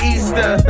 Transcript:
Easter